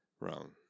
Wrong